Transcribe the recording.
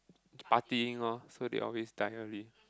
partying lor so they always die early